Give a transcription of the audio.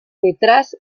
detrás